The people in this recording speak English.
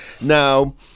Now